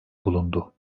bulundu